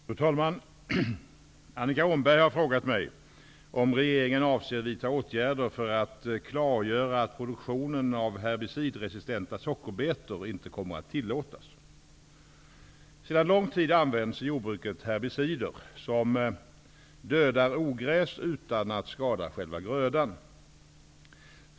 Fru talman! Annika Åhnberg har frågat mig om regeringen avser vidta åtgärder för att klargöra att produktion av herbicidresistenta sockerbetor inte kommer att tillåtas. Sedan lång tid används i jordbruket herbicider som dödar ogräs utan att skada själva grödan.